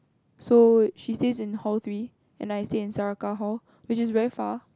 so she stays in hall three and I stay in hall which is very far